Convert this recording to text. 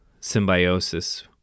symbiosis